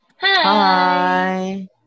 Hi